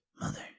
Mother